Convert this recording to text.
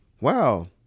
Wow